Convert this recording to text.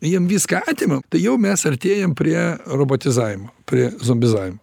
jiem viską atimam tai jau mes artėjam prie robotizavimo prie zombizavimo